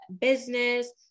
business